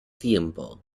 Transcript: tiempo